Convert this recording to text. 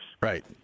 Right